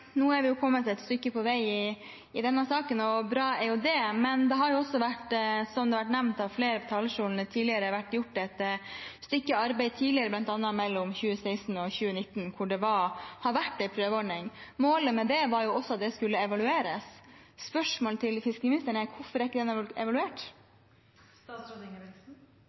det. Men det har jo også, som det har vært nevnt av flere på talerstolen her, vært gjort et stykke arbeid tidligere, bl.a. mellom 2016 og 2019, hvor det har vært en prøveordning. Målet med det var jo også at den skulle evalueres. Spørsmålet til fiskeriministeren er: Hvorfor er den